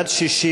משרד הבריאות,